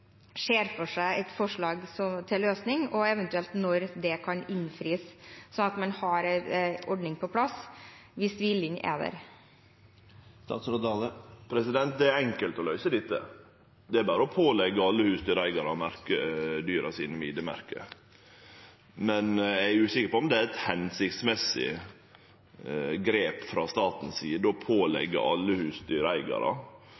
ser for seg et forslag til løsning, og eventuelt når det kan innfris, slik at man har en ordning på plass – hvis viljen er der? Det er enkelt å løyse dette. Det er berre å påleggje alle husdyreigarane å merkje dyra sine med id-merke. Men eg er usikker på om det er eit hensiktsmessig grep av staten å